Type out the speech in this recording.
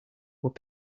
were